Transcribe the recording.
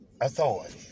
Authority